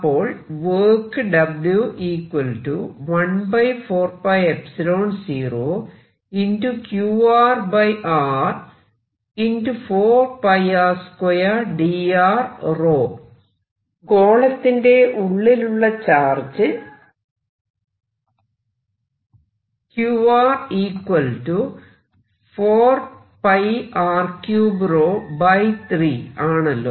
അപ്പോൾ വർക്ക് ഗോളത്തിന്റെ ഉള്ളിലുള്ള ചാർജ് Q 4 r 3 3 ആണല്ലോ